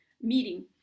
meeting